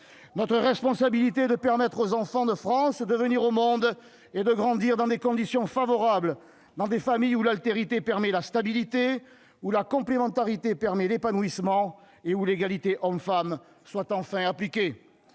Notre responsabilité est de permettre aux enfants de France de venir au monde et de grandir dans des conditions favorables, dans des familles où l'altérité permet la stabilité, où la complémentarité permet l'épanouissement, où l'égalité entre hommes et femmes peut enfin s'appliquer.